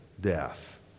death